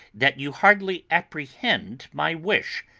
that you hardly apprehend my wish.